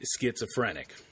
schizophrenic